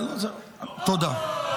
תודה.